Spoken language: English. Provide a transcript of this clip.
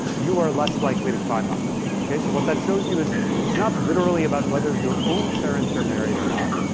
you are less likely to climb up, okay? so what that shows you is it's not literally about whether your own parents are married or not,